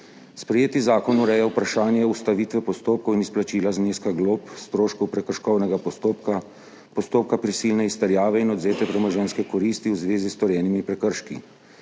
Sprejeti zakon ureja vprašanje ustavitve postopkov in izplačila zneska glob, stroškov prekrškovnega postopka, postopka prisilne izterjave in odvzete premoženjske koristi v zvezi s storjenimi prekrški.